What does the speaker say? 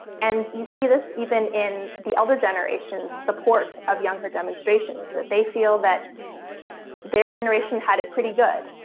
and you see this even in the elder generation's support of younger demonstrations that they feel that their generation had it pretty good.